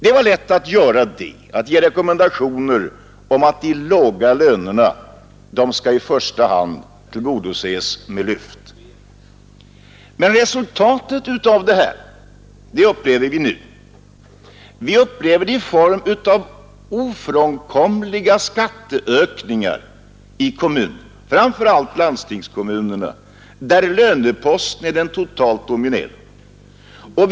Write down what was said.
Det var lätt att ge rekommendationer om att de låglönade skulle i första hand tillgodoses med lönelyft. Men resultatet av det upplever vi nu. Vi upplever det i form av ofrånkomliga skatteökningar i kommunerna, framför allt landstingskommunerna, där löneposten är den totalt dominerande.